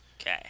Okay